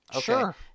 Sure